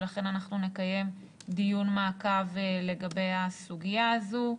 ולכן אנחנו נקיים דיון מעקב לגבי הסוגיה הזאת.